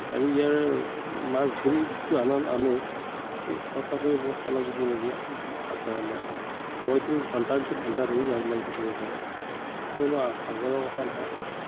আৰু ইয়াৰ মাছ ধৰি যিটো আনন্দ যিটো আমেজ সেইটো সঁচাকৈ বহুত শলাগিবলগীয়া আচাৰ আমাৰ মইতো ঘণ্টাৰ পিছত ঘণ্টা ধৰি জাল মাৰি থাকিব পাৰোঁ কোনো ভাগৰৰ কথা নাহে